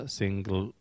single